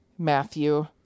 matthew